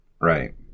right